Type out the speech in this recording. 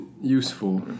useful